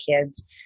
kids